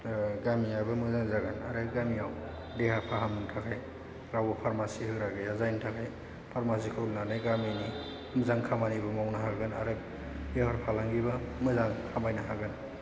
गामियाबो मोजां जागोन आरो गामियाव देहा फाहामनो थाखाय रावबो फार्मासि होग्रा गैया जायनि थाखाय फार्मासि खुलिनानै गामिनि मोजां खामानिबो मावनो हागोन आरो बेफार फालांगिबो मोजां खामायनो हागोन